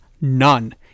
None